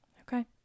Okay